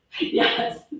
Yes